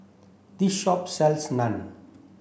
this shop sells Naan